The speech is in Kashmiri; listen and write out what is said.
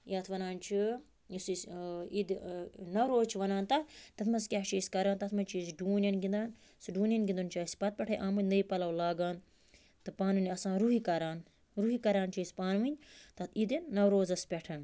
یَتھ وَنان چھِ یۄس اَسہِ عیٖدِ نَوروز چھِ وَنان تَتھ تَتھ منٛز کیٛاہ چھِ أسۍ کران تَتھ منٛز چھِ أسۍ ڈوٗنیٚن گِنٛدان سُہ ڈوٗنیٚن گِنٛدُن چھِ اَسہِ پَتہٕ پٮ۪ٹھٕے آمُت نٕے پَلَو لاگان تہٕ پانہٕ وٲنۍ آسان رۄہِہ کران رۄہہِ کران چھِ أسۍ پانہٕ وٲنۍ تَتھ عیٖدِ نَوروزَس پٮ۪ٹھ